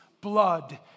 blood